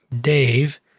Dave